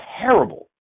terrible